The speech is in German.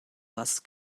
was